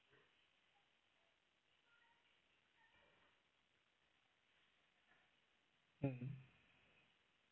mmhmm